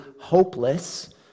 hopeless